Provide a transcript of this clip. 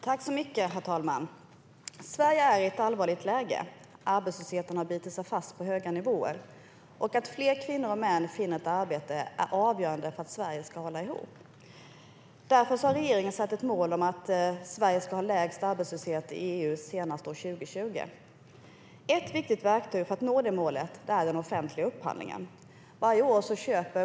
Herr talman! Sverige är i ett allvarligt läge. Arbetslösheten har bitit sig fast på höga nivåer, och att fler kvinnor och män finner ett arbete är avgörande för att Sverige ska hålla ihop. Därför har regeringen satt ett mål om att Sverige ska ha lägst arbetslöshet i EU senast år 2020. Ett viktigt verktyg för att nå det målet är den offentliga upphandlingen.